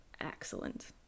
excellent